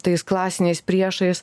tais klasiniais priešais